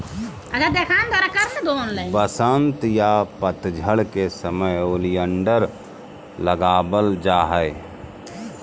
वसंत या पतझड़ के समय ओलियंडर लगावल जा हय